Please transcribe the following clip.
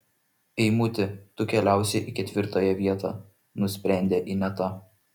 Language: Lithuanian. eimuti tu keliausi į ketvirtąją vietą nusprendė ineta